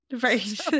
Right